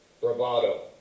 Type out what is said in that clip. bravado